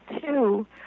two